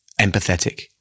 empathetic